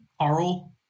Carl